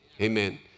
Amen